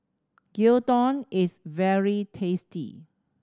gyudon is very tasty